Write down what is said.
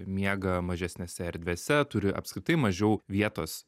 miega mažesnėse erdvėse turi apskritai mažiau vietos